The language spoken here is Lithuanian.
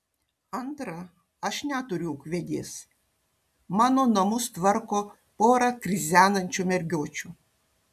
antra aš neturiu ūkvedės mano namus tvarko pora krizenančių mergiočių